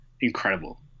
incredible